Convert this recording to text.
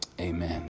amen